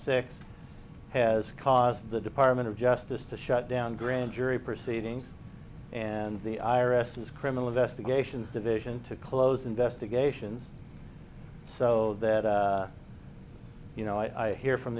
six has caused the department of justice to shut down grand jury proceedings and the i r s has criminal investigations division to close investigations so that you know i hear from